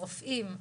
רופאים,